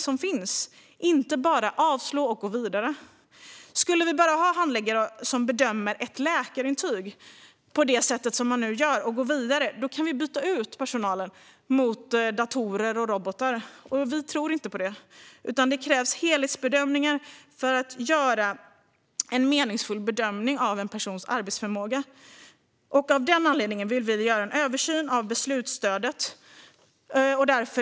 Man ska inte bara avslå och gå vidare. Om vi bara skulle ha handläggare som bedömer ett läkarintyg, på det sätt som man nu gör, och går vidare kan de snart bytas ut mot datorer och robotar. Vi tror inte på det. Det krävs helhetsbedömningar för att göra en meningsfull bedömning av en persons arbetsförmåga. Av den anledningen vill vi att en översyn av beslutsstödet ska göras.